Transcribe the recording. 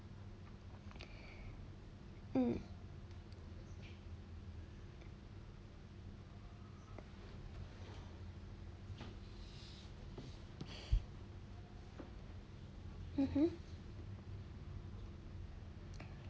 mm mmhmm